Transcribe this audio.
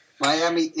Miami